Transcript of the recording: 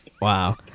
Wow